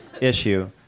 issue